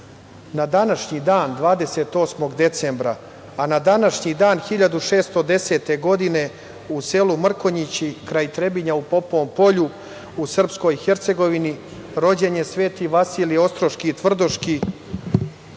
na današnji dan 28. decembra, a na današnji dan 1610. godine u selu Mrkonjići kraj Trebinja, u Popovom polju, u srpskoj Hercegovini rođen je Sveti Vasilije Ostroški Tvrdoški,